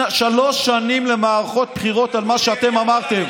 שלוש שנים למערכות בחירות על מה שאתם אמרתם,